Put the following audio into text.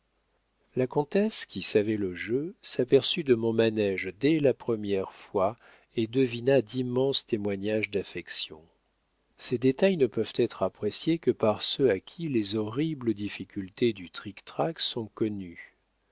la comtesse qui savait le jeu s'aperçut de mon manége dès la première fois et devina d'immenses témoignages d'affection ces détails ne peuvent être appréciés que par ceux à qui les horribles difficultés du trictrac sont connues